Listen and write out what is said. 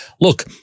look